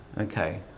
okay